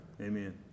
Amen